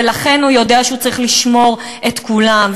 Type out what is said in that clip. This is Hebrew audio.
ולכן הוא יודע שהוא צריך לשמור את כולם.